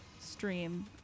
stream